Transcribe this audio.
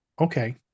okay